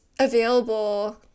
available